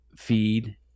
feed